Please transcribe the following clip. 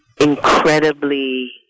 incredibly